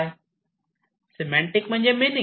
semantic म्हणजे meaning